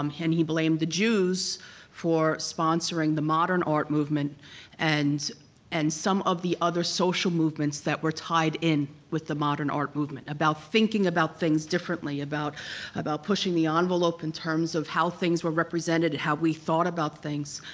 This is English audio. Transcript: um and he blamed the jews for sponsoring the modern art movement and and some some of the other social movements that were tied in with the modern art movement. about thinking about things differently, about about pushing the ah envelope in terms of how things were represented, how we thought about things.